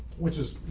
which is,